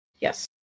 Yes